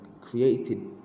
created